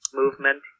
movement